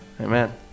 Amen